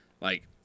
Like-